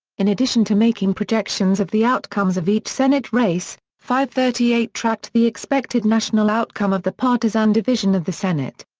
in addition to making projections of the outcomes of each senate race, fivethirtyeight tracked the expected national outcome of the partisan division of the senate.